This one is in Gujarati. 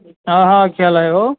હા હા ખ્યાલ આવ્યો